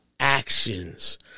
Actions